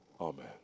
amen